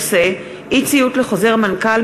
בעקבות דיון מהיר בנושא: אי-ציות לחוזר מנכ"ל,